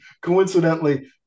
coincidentally